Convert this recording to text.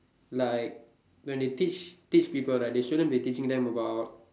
like when they teach teach people right they shouldn't be teaching them about